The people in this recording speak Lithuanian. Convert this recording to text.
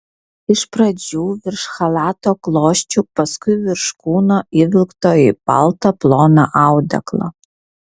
iš pradžių virš chalato klosčių paskui virš kūno įvilkto į baltą ploną audeklą